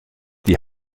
die